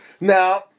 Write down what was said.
Now